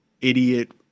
idiot